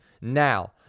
now